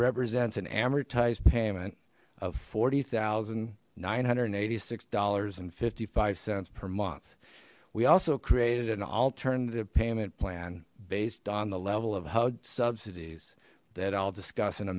represents an amortized payment of forty thousand nine hundred and eighty six dollars and fifty five cents per month we also created an alternative payment plan based on the level of hud subsidies that i'll discuss in a